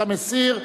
אתה מסיר,